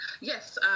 Yes